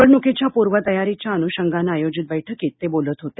निवडणुकीच्या पूर्वतयारीच्या अनुषंगानं आयोजित बेळकीत ते बोलत होते